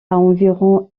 environ